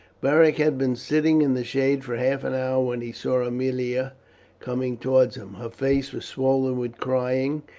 beric had been sitting in the shade for half an hour when he saw aemilia coming towards him. her face was swollen with crying,